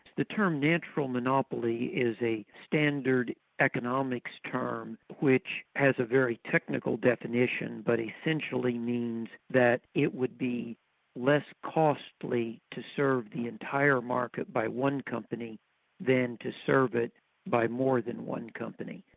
the term natural monopoly is a standard economics term which has a very technical definition, but essentially means that it would be less costly to serve the entire market by one company than to serve it by more than one company.